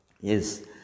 Yes